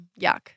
yuck